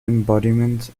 embodiment